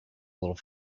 little